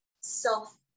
self